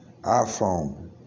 iPhone